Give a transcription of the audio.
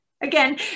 again